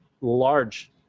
large